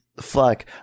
Fuck